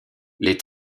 les